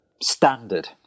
standard